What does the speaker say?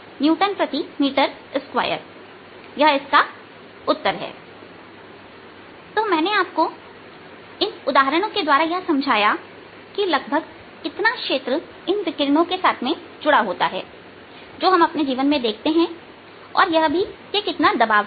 momentumarea time u 23𝝅x10 6Kgms 1m2 s 22 x 10 7 Nm2 तो मैंने आपको इन उदाहरणों के द्वारा यह समझाया कि लगभग कितना क्षेत्र इन विकिरणों के साथ जुड़ा होता है जो हम अपने जीवन में देखते हैं और यह भी कि कितना दबाव है